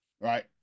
right